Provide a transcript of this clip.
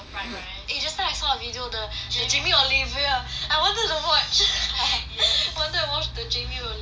eh just now I saw a video the jamie oliver I wanted to watch wanted to watch the jamie oliver [one]